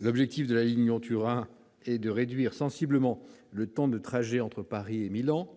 L'objectif de la ligne Lyon-Turin est de réduire sensiblement le temps de trajet entre Paris et Milan,